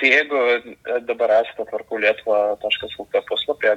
tai jeigu dabar esate tvarkau lietuvą taškas lt puslapyje